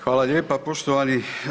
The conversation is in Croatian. Hvala lijepa poštovani.